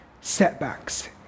setbacks